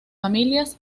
familias